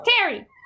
Terry